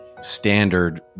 standard